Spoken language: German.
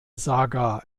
saga